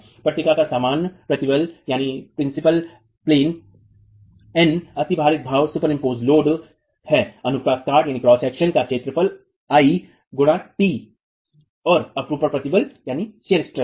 पट्टिका पर सामान्य प्रतिबल N अतिभारित भार है अनुप्रस्थ काट का क्षेत्रफल आई गुणा टी और अपरूपण प्रतिबल है